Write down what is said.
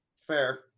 fair